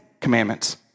commandments